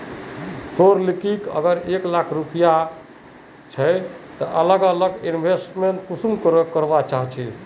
तोर लिकी अगर एक लाख रुपया जाहा ते ती अलग अलग इन्वेस्टमेंट कुंसम करे करवा चाहचिस?